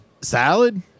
salad